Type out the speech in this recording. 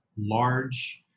large